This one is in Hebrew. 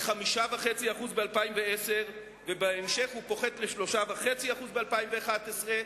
ל-5.5% ב-2010, ובהמשך הוא פוחת ל-3.5% ב-2011,